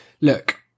Look